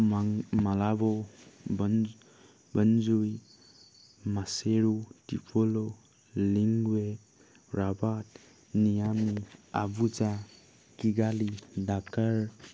মাং মালাবৌ বনবজুমি Maseru Tripoli' Lilongwe Rabat নিৰামি আবুজা কিগালি ডাকাৰ